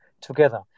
together